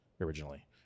originally